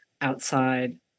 outside